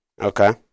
Okay